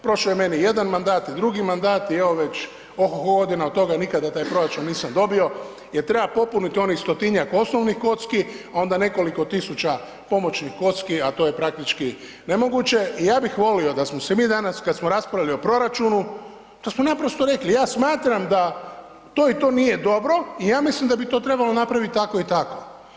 Prošo je meni jedan mandat i drugi mandat i evo već oho, ho godina od toga nikada taj proračun nisam dobio jer treba popuniti onih 100-tinjak osnovnih kocki, a onda nekoliko tisuća pomoćnih kocki, a to je praktički nemoguće i ja bih volio da smo se mi danas kad smo raspravljali o proračunu da smo naprosto rekli ja smatram da to i to nije dobro i ja mislim da bi to trebalo napraviti tako i tako.